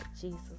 Jesus